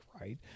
right